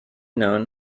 known